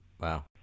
Wow